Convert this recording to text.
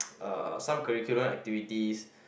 uh some curriculum activities